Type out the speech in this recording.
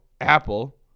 Apple